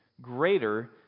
greater